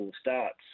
starts